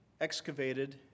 excavated